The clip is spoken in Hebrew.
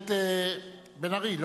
הכנסת בן-ארי.